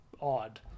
odd